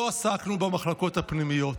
לא עסקנו במחלקות הפנימיות,